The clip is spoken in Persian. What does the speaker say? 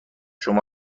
شما